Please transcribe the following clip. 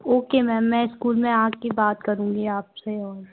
okay ma'am मैं school में आ कर बात करूँगी आप से और